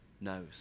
knows